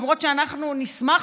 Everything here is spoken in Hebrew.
למרות שאנחנו נשמח,